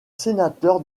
sénateur